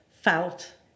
felt